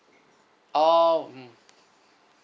oh mmhmm